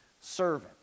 servant